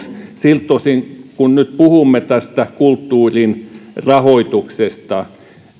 siltä osin kun nyt puhumme tästä kulttuurin rahoituksesta